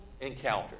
encounter